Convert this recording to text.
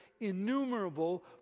innumerable